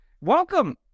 welcome